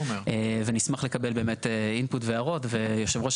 ונשמח לקבל באמת אינפוט והערות ויושב ראש